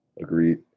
Agreed